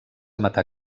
matar